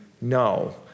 No